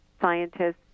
scientists